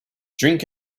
drink